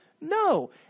No